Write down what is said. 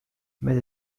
متى